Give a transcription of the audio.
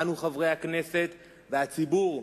אנו חברי הכנסת והציבור,